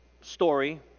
story